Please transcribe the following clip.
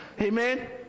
Amen